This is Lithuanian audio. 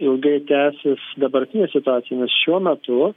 ilgai tęsis dabartinė situacija nes šiuo metu